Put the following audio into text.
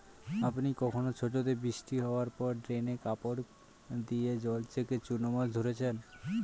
আপনি কখনও ছোটোতে বৃষ্টি হাওয়ার পর ড্রেনে কাপড় দিয়ে জল ছেঁকে চুনো মাছ ধরেছেন?